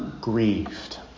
grieved